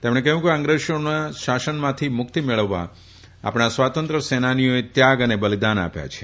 તેમણે કહ્યું કે અંગ્રેજાના શાસનમાંથી મુક્તિ મેળવવા આપણા સ્વાતંત્ર્ય સેનાનીઓએ ત્યાગ અને બલિદાન આપ્યા છે